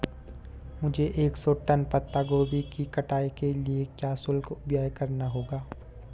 हमें एक सौ टन पत्ता गोभी की कटाई के लिए क्या शुल्क व्यय करना होगा?